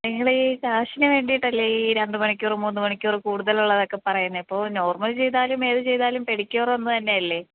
നിങ്ങള് ഈ ക്യാഷിനു വേണ്ടിയിട്ടല്ലേ ഈ രണ്ട് മണിക്കൂറ് മൂന്ന് മണിക്കൂറ് കൂടുതലുള്ളതൊക്കെ പറയുന്നേ അപ്പോൾ നോർമൽ ചെയ്താലും ഏത് ചെയ്താലും പെഡിക്യൂറ് ഒന്ന് തന്നെയല്ലേ